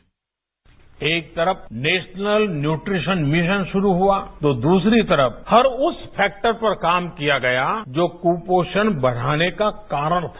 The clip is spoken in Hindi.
बाइट एक तरफ नेशनल न्यूट्रीशन मिशन शुरू हुआ तो दूसरी तरफ हर उस फैक्टर पर काम किया गया जो कुपोषण बढ़ाने का कारण है